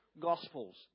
gospels